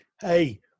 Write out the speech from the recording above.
Hey